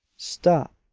stop!